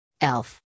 Elf